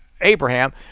Abraham